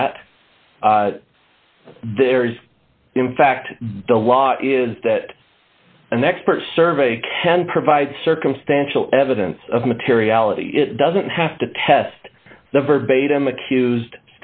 that there is in fact the law is that an expert survey can provide circumstantial evidence of materiality it doesn't have to test the verbatim accused